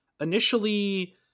initially